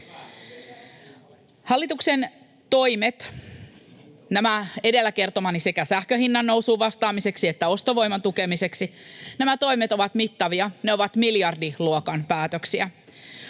Hallituksen toimet — nämä edellä kertomani sekä sähkön hinnannousuun vastaamiseksi ja ostovoiman tukemiseksi — ovat mittavia, ne ovat miljardiluokan päätöksiä.